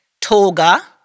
Toga